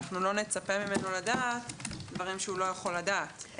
אנחנו לא נצפה ממנו לדעת דברים שהוא לא יכול לדעת,